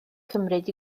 cymryd